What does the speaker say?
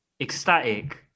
ecstatic